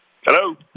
Hello